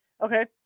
okay